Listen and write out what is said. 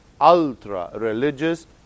ultra-religious